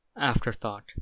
afterthought